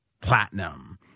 Platinum